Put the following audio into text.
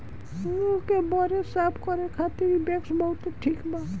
मुंह के बरे साफ करे खातिर इ वैक्स बहुते ठिक बा